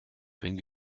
wenn